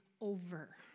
over